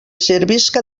servisca